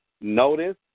notice